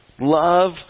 Love